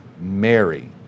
Mary